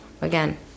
again